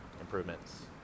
improvements